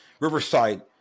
Riverside